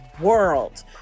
world